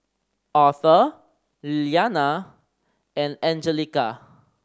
Aurthur Lilyana and Anjelica